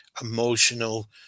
emotional